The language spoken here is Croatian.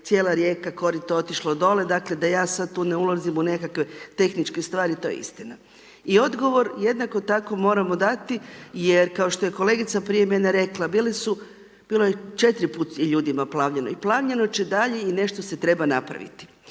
što je cijela rijeka, korito otišlo dolje. Dakle da ja sad tu ne ulazim u nekakve tehničke stvari to je istina. I odgovor jednako tako moramo dati jer kao što je kolegica prije mene rekla, bilo je 4 put je ljudima plavljeno i plavit će i dalje i nešto se treba napraviti.